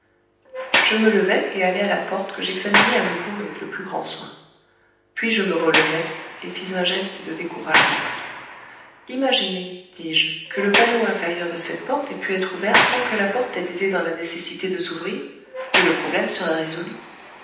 je me levai et allai à la porte que j'examinai à nouveau avec le plus grand soin puis je me relevai et fis un geste de découragement imaginez dis-je que le panneau inférieur de cette porte ait pu être ouvert sans que la porte ait été dans la nécessité de s'ouvrir et le problème serait résolu